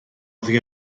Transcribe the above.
oddi